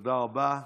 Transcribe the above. תודה רבה.